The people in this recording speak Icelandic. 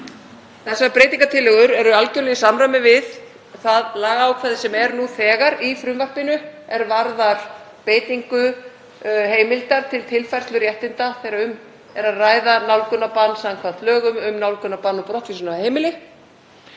Þessar breytingartillögur eru algerlega í samræmi við það lagaákvæði sem er nú þegar í frumvarpinu er varðar beitingu heimildar til tilfærslu réttinda þegar um er að ræða nálgunarbann samkvæmt lögum um nálgunarbann og brottvísun af heimili.